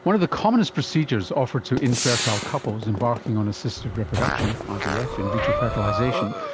one of the commonest procedures offered to infertile couples embarking on assisted reproduction, ivf, in vitro fertilisation,